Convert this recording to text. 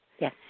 yes